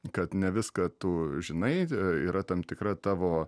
kad ne viską tu žinai yra tam tikra tavo